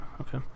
okay